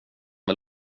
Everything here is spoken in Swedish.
väl